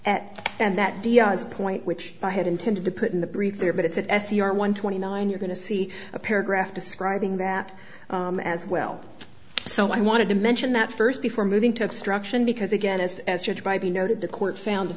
at and that diaz point which i had intended to put in the brief there but it's an s u r one twenty nine you're going to see a paragraph describing that as well so i wanted to mention that first before moving to obstruction because again as as judge by be noted the court found that